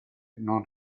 non